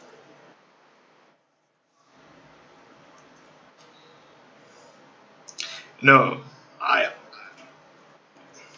no I